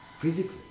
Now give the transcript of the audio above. Physically